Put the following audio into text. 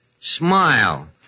smile